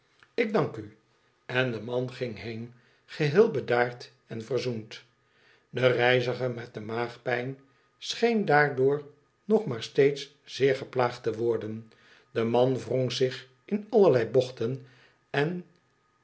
ik dank u en de man ging heen geheel bedaard en verzoend de reiziger met de maagpijn scheen daardoor nog maar steeds zeer geplaagd te worden de man wrong zich in allerlei bochten en